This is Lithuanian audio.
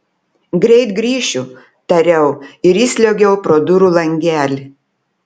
greit grįšiu tariau ir įsliuogiau pro durų langelį